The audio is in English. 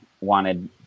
wanted